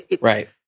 Right